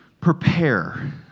prepare